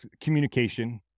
communication